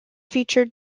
featured